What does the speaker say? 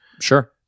sure